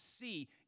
see